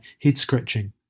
head-scratching